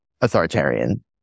authoritarian